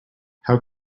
how